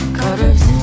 cutters